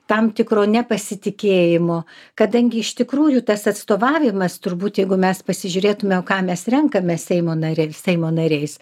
tam tikro nepasitikėjimo kadangi iš tikrųjų tas atstovavimas turbūt jeigu mes pasižiūrėtumėm ką mes renkame seimo nariai seimo nariais